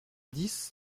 dix